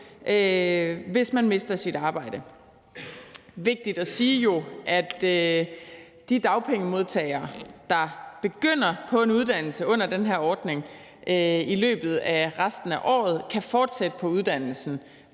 hvis man mister sit arbejde. Det er jo vigtigt at sige, at de dagpengemodtagere, der begynder på en uddannelse under den her ordning, i løbet af resten af året kan fortsætte på uddannelsen